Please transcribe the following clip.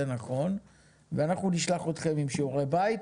זה נכון ואנחנו נשלח אתכם עם שיעורי בית.